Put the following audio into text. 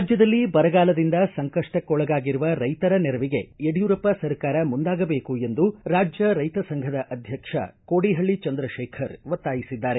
ರಾಜ್ಯದಲ್ಲಿ ಬರಗಾಲದಿಂದ ಸಂಕಷ್ಟಕ್ಕೊಳಗಾಗಿರುವ ರೈತರ ನೆರವಿಗೆ ಯಡ್ಕೂರಪ್ಪ ಸರ್ಕಾರ ಮುಂದಾಗಬೇಕು ಎಂದು ರಾಜ್ಯ ರೈತ ಸಂಘದ ಅಧ್ಯಕ್ಷ ಕೋಡಿಪಳ್ಳಿ ಚಂದ್ರಶೇಖರ್ ಒತ್ತಾಯಿಸಿದ್ದಾರೆ